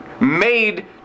made